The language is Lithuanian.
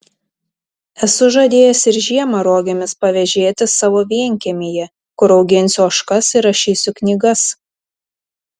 esu žadėjęs ir žiemą rogėmis pavėžėti savo vienkiemyje kur auginsiu ožkas ir rašysiu knygas